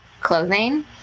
clothing